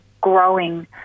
growing